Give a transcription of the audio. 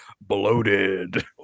bloated